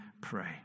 pray